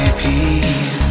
peace